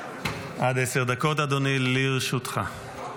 עד עשר דקות לרשותך, אדוני.